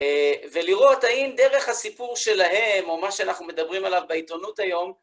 אה, ולראות האם דרך הסיפור שלהם, או מה שאנחנו מדברים עליו בעיתונות היום,